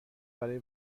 برای